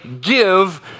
give